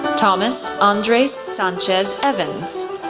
thomas andres sanchez evans,